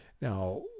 Now